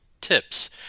tips